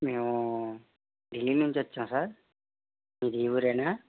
మేము ఢిల్లీ నుంచి వచ్చాము సార్ మీదీ ఈ ఊరేనా